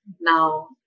now